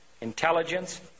intelligence